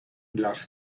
las